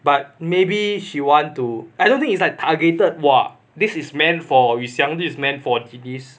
but maybe she want to I don't think it's targeted !wah! this is meant for yu xiang this meant for denise